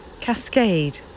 cascade